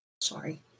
Sorry